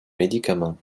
médicament